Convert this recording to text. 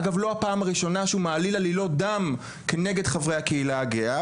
אגב לא הפעם הראשונה שהוא מעליל עלילות דם כנגד חברי הקהילה הגאה.